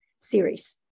series